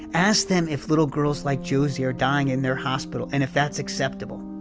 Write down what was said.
ask them if little girls like josie are dying in their hospital and if that's acceptable.